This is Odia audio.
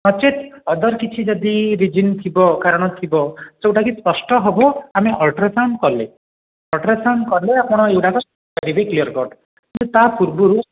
ନଚେତ୍ ଅଦର୍ କିଛି ଯଦି ରିଜିନ୍ ଥିବ କାରଣ ଥିବ ଯେଉଁଟାକି ସ୍ପଷ୍ଟ ହେବ ଆମେ ଅଲଟ୍ରାସାଉଣ୍ଡ୍ କଲେ ଅଲଟ୍ରାସାଉଣ୍ଡ୍ କଲେ ଆପଣ ଏଇଗୁଡ଼ାକ ଜାଣିବେ କ୍ଲିଅର୍ କଟ୍ ତା ପୂର୍ବରୁ